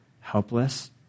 helpless